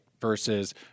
versus